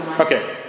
Okay